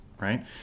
Right